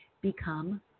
Become